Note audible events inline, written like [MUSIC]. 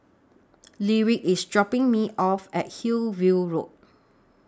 [NOISE] Lyric IS dropping Me off At Hillview Road